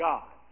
God